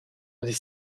des